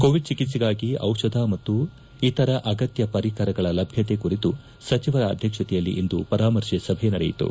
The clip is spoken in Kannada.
ಕೋವಿಡ್ ಚಿಕಿತ್ಸಾಗಿ ಔಷಧ ಮತ್ತು ಇತರ ಅಗತ್ನ ಪರಿಕರಗಳ ಲಭ್ಞತೆ ಕುರಿತು ಸಚಿವರ ಆಧ್ಯಕ್ಷತೆಯಲ್ಲಿಂದು ಪರಾಮರ್ಶೆ ಸಭೆ ನಡೆಯಿತು